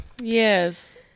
Yes